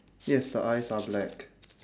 yes the eyes are black